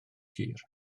hir